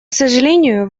сожалению